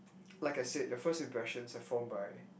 like I said your first impressions are formed by